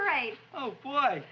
right oh boy